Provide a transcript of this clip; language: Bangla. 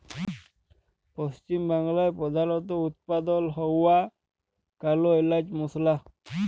পশ্চিম বাংলায় প্রধালত উৎপাদল হ্য়ওয়া কাল এলাচ মসলা